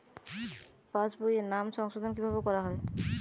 পাশ বইয়ে নাম সংশোধন কিভাবে করা হয়?